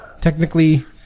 Technically